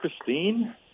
Christine